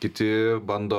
kiti bando